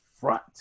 front